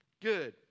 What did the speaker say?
Good